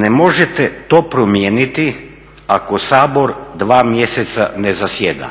"Ne možete to promijeniti ako Sabor dva mjeseca ne zasjeda.